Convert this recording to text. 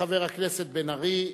חבר הכנסת בן-ארי,